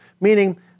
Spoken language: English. meaning